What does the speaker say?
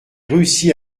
réussi